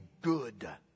good